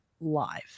live